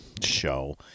show